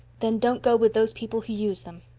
then don't go with those people who use them.